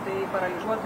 tai paralyžuotų